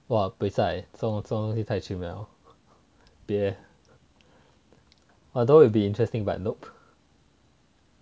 !wah! buay sai 这种东西太 chim liao although it'd be interesting but nope